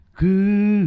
good